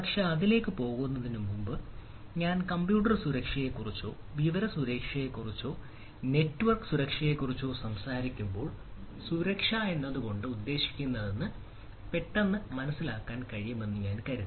പക്ഷേ അതിലേക്ക് പോകുന്നതിനുമുമ്പ് ഞാൻ കമ്പ്യൂട്ടർ സുരക്ഷയെക്കുറിച്ചോ വിവര സുരക്ഷയെക്കുറിച്ചോ നെറ്റ്വർക്ക് സുരക്ഷയെക്കുറിച്ചോ സംസാരിക്കുമ്പോൾ സുരക്ഷ എന്നുകൊണ്ട് ഉദ്ദേശിക്കുന്നതെന്ന് പെട്ടെന്ന് മനസ്സിലാക്കാൻ കഴിയുമെന്ന് ഞാൻ കരുതി